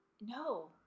No